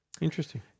Interesting